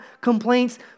complaints